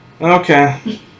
Okay